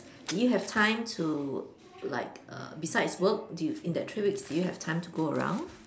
did you have time to to like err besides work do y~ in that three weeks did you have time to go around